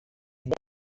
have